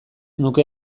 nuke